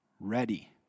Ready